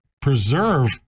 preserve